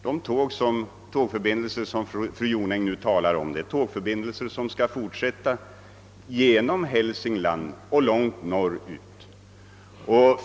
De tåg som fru Jonäng talade om är sådana som skall fortsätta genom Hälsingland och vidare långt norrut.